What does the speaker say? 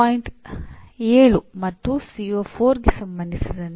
ವಿದ್ಯಾರ್ಥಿಗೆ ಇದನ್ನು ಅರ್ಥಮಾಡಿಕೊಳ್ಳಲು ಅಥವಾ ಗ್ರಹಿಸಲು ಸಾಧ್ಯವಾಗಬೇಕು